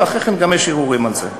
ואחרי כן גם יש ערעורים על זה.